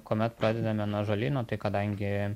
kuomet pradedame nuo ąžuolyno tai kadangi